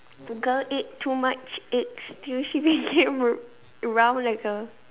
the girl ate too much eggs till she became r~ round like a